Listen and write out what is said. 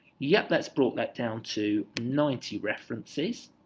yeah that's brought that down to ninety references